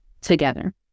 together